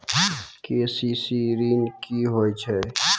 KCC ॠन की होय छै?